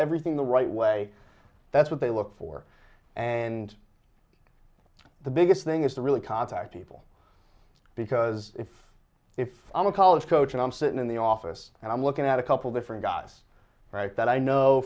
everything the right way that's what they look for and the biggest thing is to really contact people because if if i'm a college coach and i'm sitting in the office and i'm looking at a couple different guys right that i know